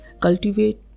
Cultivate